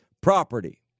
property